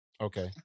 Okay